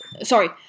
Sorry